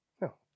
No